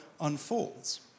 unfolds